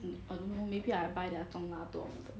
mm err no maybe I buy their 中辣 too often